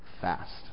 fast